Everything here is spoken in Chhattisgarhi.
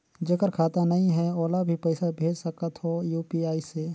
जेकर खाता नहीं है ओला भी पइसा भेज सकत हो यू.पी.आई से?